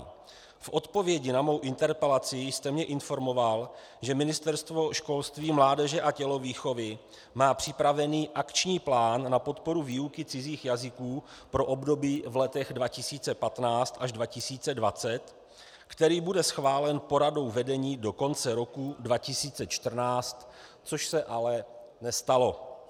V odpovědi na mou interpelaci jste mě informoval, že Ministerstvo školství, mládeže a tělovýchovy má připravený akční plán na podporu výuky cizích jazyků pro období v letech 2015 až 2020, který bude schválen poradou vedení do konce roku 2014, což se ale nestalo.